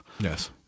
Yes